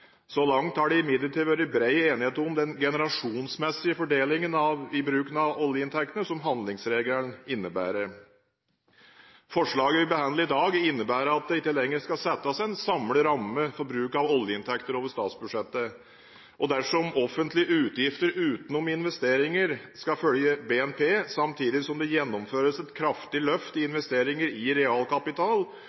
Så langt har det imidlertid vært bred enighet om den generasjonsmessige fordelingen når det gjelder bruken av oljeinntektene, som handlingsregelen innebærer. Forslaget vi behandler i dag, innebærer at det ikke lenger skal settes en samlet ramme for bruk av oljeinntekter over statsbudsjettet. Dersom offentlige utgifter utenom investeringer skal følge BNP samtidig som det gjennomføres et kraftig løft i investeringer i realkapital,